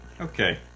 Okay